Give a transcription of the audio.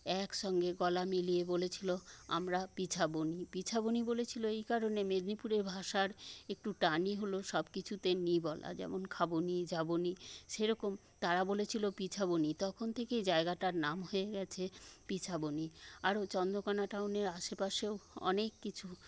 একসঙ্গে গলা মিলিয়ে বলেছিল আমরা পিছাবনি পিছাবনি বলেছিল এই কারণে মেদিনীপুরের ভাষার একটু টানই হল সবকিছুতে বলা যেমন খাবনি যাবনি সেরকম তারা বলেছিল পিছাবনি তখন থেকে জায়গাটার নাম হয়ে গেছে পিছাবনি আরও চন্দ্রকোনা টাউনের আশেপাশেও অনেক কিছু